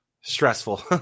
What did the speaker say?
stressful